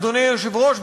אדוני היושב-ראש,